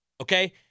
okay